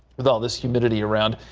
with all this humidity around.